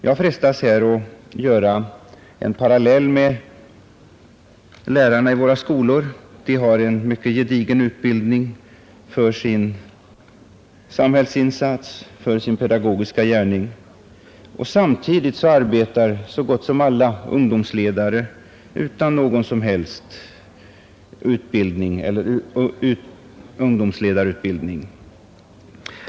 Jag frestas här att dra en parallell med lärarna i våra skolor. De har en mycket gedigen utbildning för sin samhällsinsats, för sin pedagogiska gärning. Däremot arbetar så gott som alla ungdomsledare utan någon som helst ungdomsledarutbildning.